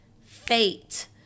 fate